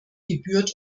gebührt